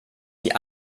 sie